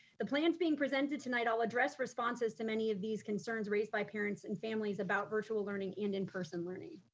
the plan is being presented tonight, i'll address responses to many of these concerns raised by parents and families about virtual learning and in-person learning.